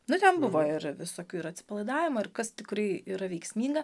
nu ten buvo ir visokių ir atsipalaidavimo ir kas tikrai yra veiksminga